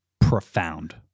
Profound